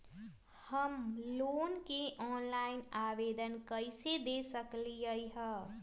हम लोन के ऑनलाइन आवेदन कईसे दे सकलई ह?